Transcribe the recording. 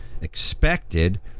expected